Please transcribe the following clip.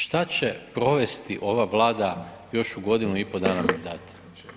Što će provesti ova Vlada još u godinu i pol dana mandata?